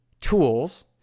tools